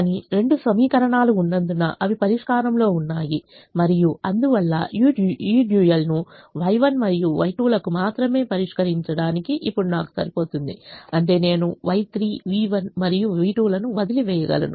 కానీ రెండు సమీకరణాలు ఉన్నందున అవి పరిష్కారంలో ఉన్నాయి మరియు అందువల్ల ఈ డ్యూయల్ను Y1 మరియు Y2 లకు మాత్రమే పరిష్కరించడానికి ఇప్పుడు నాకు సరిపోతుంది అంటే నేను Y3 v1 మరియు v2 లను వదిలివేయగలను